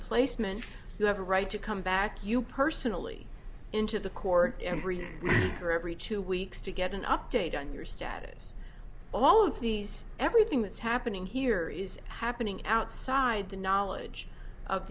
placement you have a right to come back you personally into the court every day or every two weeks to get an update on your status all of these everything that's happening here is happening outside the knowledge of